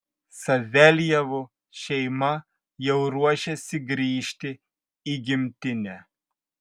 saveljevų šeima jau ruošiasi grįžti į gimtinę